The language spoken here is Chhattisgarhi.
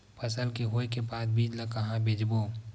फसल के होय के बाद बीज ला कहां बेचबो?